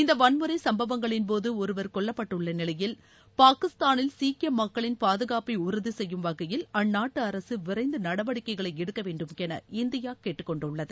இந்த வன்முறை சும்பவங்களின்போது ஒருவர் கொல்லப்பட்டுள்ள நிலையில் பாகிஸ்தானில் சீக்கிய மக்களின் பாதுகாப்பை உறுதி செய்யும் வகையில் அந்நாட்டு அரசு விரைந்து நடவடிக்கைகளை எடுக்க வேண்டும் என இந்தியா கேட்டுக்கொண்டுள்ளது